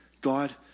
God